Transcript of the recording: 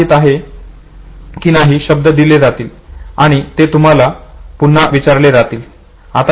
हे माहीत आहे की काही शब्द दिले जातील आणि ते शब्द तुम्हाला पुन्हा विचारले जातील